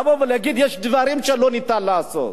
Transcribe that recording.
לבוא ולהגיד: יש דברים שלא ניתן לעשות.